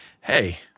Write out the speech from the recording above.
hey